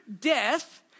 death